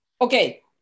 Okay